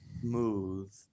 smooth